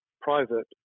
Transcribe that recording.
private